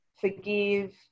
forgive